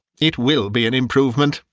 it will be an improvement,